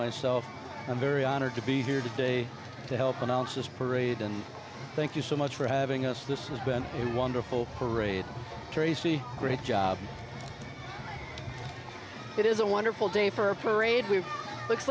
myself i'm very honored to be here today to help announce this parade and thank you so much for having us this has been a wonderful parade tracy great job it is a wonderful day for a parade we looks